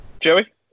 Joey